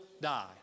die